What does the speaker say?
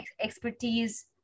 expertise